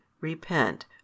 repent